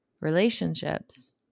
relationships